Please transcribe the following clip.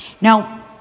Now